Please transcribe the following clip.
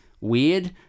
weird